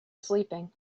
sleeping